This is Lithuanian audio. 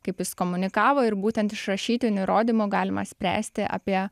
kaip jis komunikavo ir būtent iš rašytinių įrodymų galima spręsti apie